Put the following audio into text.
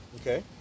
okay